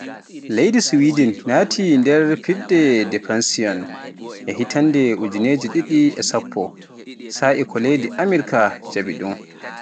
Leydi Swidin naati nder fedde defansiyoŋ e hitande ujineji ɗiɗi e sappo, sa'I ko leydi Amerik jaɓi ɗum